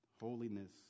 holiness